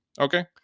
Okay